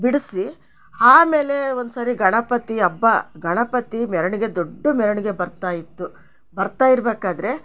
ಬಿಡಿಸಿ ಆಮೇಲೆ ಒಂದ್ಸರಿ ಗಣಪತಿ ಹಬ್ಬ ಗಣಪತಿ ಮೆರವಣೆಗೆ ದೊಡ್ಡು ಮೆರವಣೆಗೆ ಬರ್ತಾ ಇತ್ತು ಬರ್ತಾ ಇರ್ಬೇಕಾದರೆ